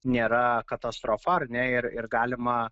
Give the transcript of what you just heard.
nėra katastrofa ar ne ir ir galima